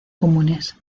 comunes